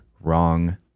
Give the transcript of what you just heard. wrong